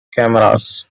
cameras